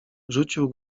rzucił